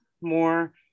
more